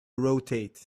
rotate